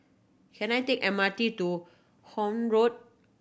can I take M R T to Horne Road